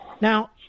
Now